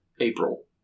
April